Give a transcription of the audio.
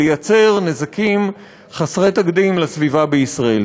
לייצר נזקים חסרי תקדים לסביבה בישראל.